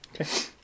Okay